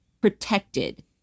protected